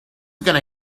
gonna